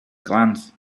glance